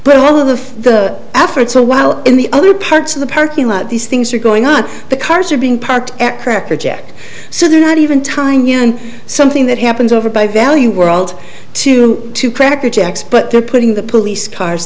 one of the the efforts while in the other parts of the parking lot these things are going on the cars are being parked at cracker jack so they're not even tying in something that happens over by value world to them to cracker jacks but they're putting the police cars